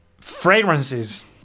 fragrances